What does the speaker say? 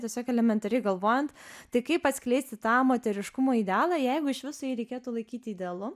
tiesiog elementariai galvojant tik kaip atskleisti tą moteriškumo idealą jeigu iš viso jį reikėtų laikyti idealu